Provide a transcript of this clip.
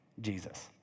Jesus